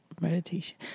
meditation